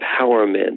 empowerment